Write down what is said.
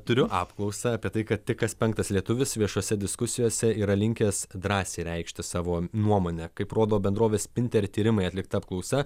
turiu apklausą apie tai kad tik kas penktas lietuvis viešose diskusijose yra linkęs drąsiai reikšti savo nuomonę kaip rodo bendrovės spinter tyrimai atlikta apklausa